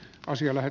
asia lähe